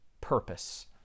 purpose